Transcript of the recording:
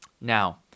Now